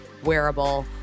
wearable